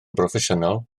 broffesiynol